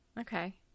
Okay